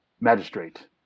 magistrate